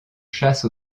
chasses